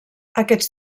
aquests